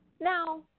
Now